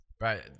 Right